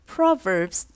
Proverbs